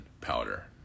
powder